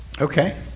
okay